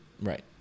Right